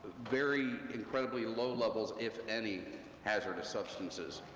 very incredibly low levels, if any hazardous substances.